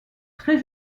très